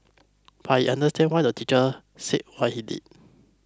but she understands why the teacher said what he did